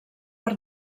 per